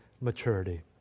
maturity